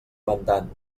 mandant